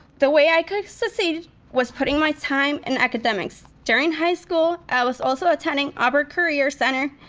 the way i could succeed was putting my time in academics. during high school i was also attending auburn career center.